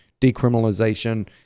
decriminalization